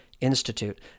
Institute